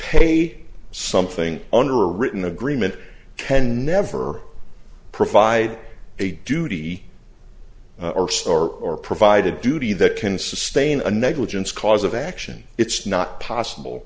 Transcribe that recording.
pay something under a written agreement can never provide a duty or provide a duty that can sustain a negligence cause of action it's not possible